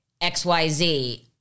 XYZ